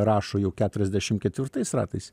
rašo jau keturiasdešim ketvirtais ratais